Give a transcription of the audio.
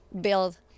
build